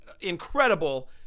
incredible